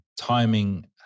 timing